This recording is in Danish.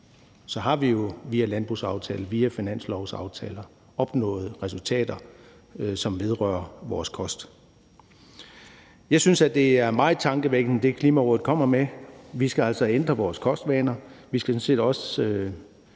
Så har vi jo via landbrugsaftalen og via finanslovsaftaler opnået resultater, der vedrører vores kost. Jeg synes, at det, Klimarådet kommer med, er meget tankevækkende. Vi skal altså ændre vores kostvaner.